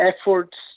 efforts